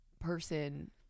person